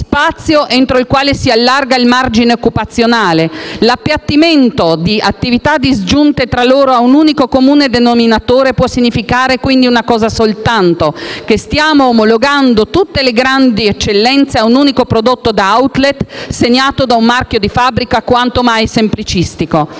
spazio entro il quale si allarga il margine occupazionale. L'appiattimento di attività disgiunte tra loro a un unico comune denominatore può significare, quindi, una cosa soltanto: che stiamo omologando tutte le grandi eccellenze a un unico prodotto da *outlet*, segnato da un marchio di fabbrica quanto mai semplicistico.